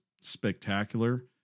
spectacular